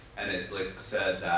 and it like said